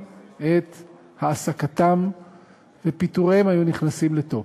את העסקתם ופיטוריהם היו נכנסים לתוקף,